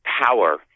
power